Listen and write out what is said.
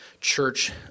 church